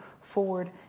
forward